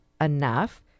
enough